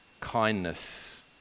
Kindness